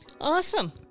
Awesome